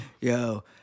yo